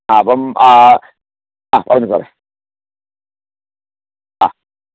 ആ അപ്പം അ പറഞ്ഞോ സാറെ അ